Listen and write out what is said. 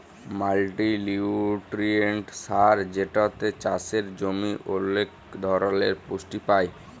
multinutrient সার যেটাতে চাসের জমি ওলেক ধরলের পুষ্টি পায়